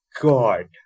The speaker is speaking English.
god